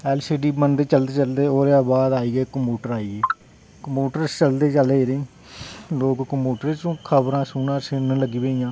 LCD चलदे चलदे ओह्दे बाद कम्प्यूटर आई गे ते कम्प्यूटर लगदे लोग ओह्दे च खबरां सुनन लग्गी पेइयां